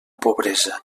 pobresa